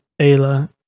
Ayla